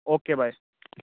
okay bye